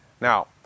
Now